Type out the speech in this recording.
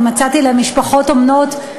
ואני מצאתי להם משפחות אומנות,